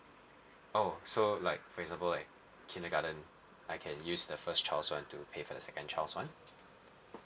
oh so like for example like kindergarten I can use the first child's one to pay for the second child's one